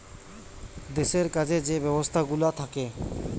দেশের কাজে যে সব ব্যবস্থাগুলা থাকে